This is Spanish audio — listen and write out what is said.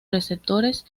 receptores